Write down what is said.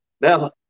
Now